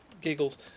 giggles